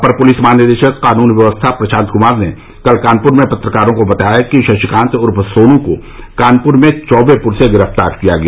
अपर police महानिदेशक कानून व्यवस्था प्रशान्त कुमार ने कल कानपुर में पत्रकारों को बताया कि शशिकांत उर्फ सोनू को कानपुर में चौबेपुर से गिरफ्तार किया गया